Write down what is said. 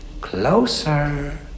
Closer